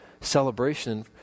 celebration